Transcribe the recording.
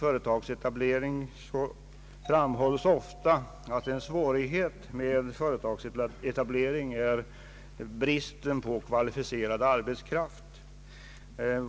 Det framhålls ofta att en svårighet vid företagsetablering är bristen på kvalificerad arbetskraft.